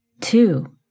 Two